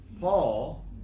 Paul